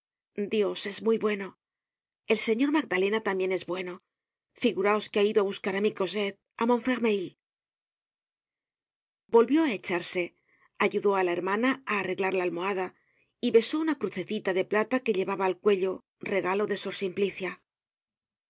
dios es muy bueno el señor magdalena tambien es bueno figuráos que ha ido á buscar á mi cosette á montfermeil volvió á echarse ayudó á la hermana á arreglar la almohada y besó una crucecita de plata que llevaba al cuello regalo de sor simplicia